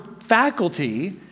faculty